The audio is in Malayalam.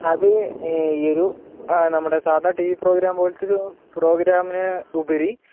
അത് ഈ ഒരു നമ്മുടെ സാധാ ടീ വി പ്രോഗ്രാം പോലെത്തൊരു പ്രോഗ്രാമിന് ഉപരി